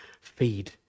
feed